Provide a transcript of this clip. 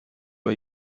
hay